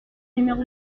numéro